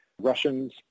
Russians